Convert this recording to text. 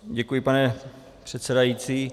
Děkuji, pane předsedající.